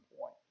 point